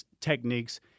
techniques